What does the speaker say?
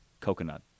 Coconut